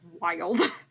wild